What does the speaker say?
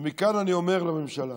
ומכאן אני אומר לממשלה,